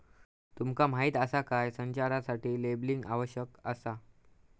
तुमका माहीत आसा काय?, संचारासाठी लेबलिंग आवश्यक आसा